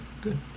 good